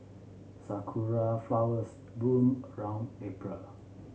sakura flowers bloom around April